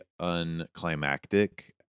unclimactic